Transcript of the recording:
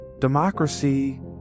Democracy